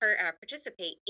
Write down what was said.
participate